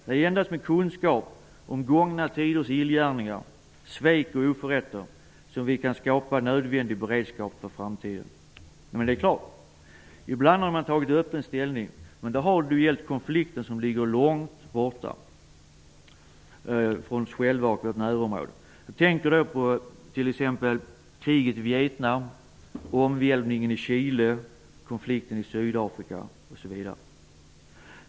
Det är endast med kunskap om gångna tiders illgärningar, svek och oförrätter som vi kan skapa nödvändig beredskap för framtiden. Men det är klart att man ibland har tagit öppen ställning. Men då har det ju gällt konflikter som ligger långt bort från oss själva och vårt närområde. Jag tänker t.ex. på kriget i Vietnam, omvälvningen i Chile och konflikten i Sydafrika.